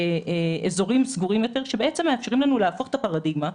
אזורים סגורים שבעצם מאפשרים לנו להפוך את הפרדיגמה,